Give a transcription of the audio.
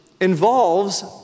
involves